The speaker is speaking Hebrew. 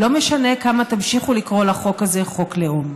לא משנה כמה תמשיכו לקרוא לחוק הזה חוק לאום.